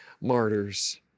martyrs